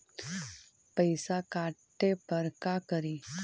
पैसा काटे पर का करि?